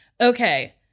okay